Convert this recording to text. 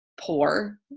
poor